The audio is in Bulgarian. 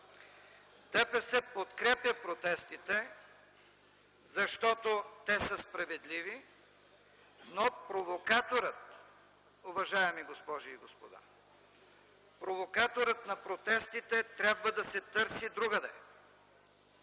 подкрепя протестите, защото те са справедливи, но провокаторът, уважаеми госпожи и господа, провокаторът на протестите трябва да се търси другаде!